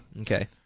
Okay